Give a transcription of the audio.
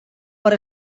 per